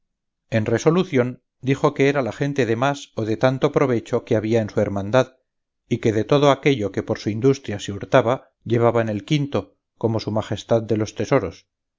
en resolución dijo que era la gente de más o de tanto provecho que había en su hermandad y que de todo aquello que por su industria se hurtaba llevaban el quinto como su majestad de los tesoros